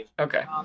Okay